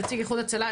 נציג איחוד הצלה,